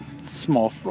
small